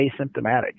asymptomatic